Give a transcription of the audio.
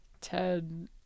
Ted